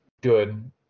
good